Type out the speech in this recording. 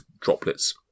droplets